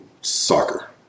soccer